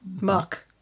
muck